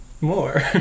More